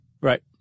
Right